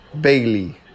Bailey